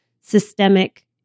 systemic